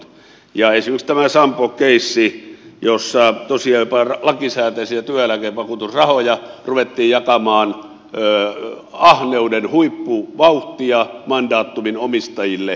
esimerkkinä on tämä sampo keissi jossa tosiaan jopa lakisääteisiä työeläkevakuutusrahoja ruvettiin jakamaan ahneuden huippuvauhtia mandatumin omistajille